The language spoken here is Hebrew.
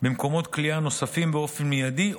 במקומות כליאה נוספים באופן מיידי,